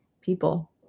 people